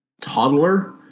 toddler